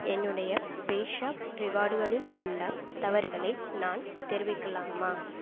என்னுடைய பேஸாப் ரிவார்டுகளில் உள்ள தவறுகளை நான் தெரிவிக்கலாமா